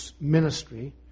ministry